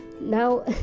Now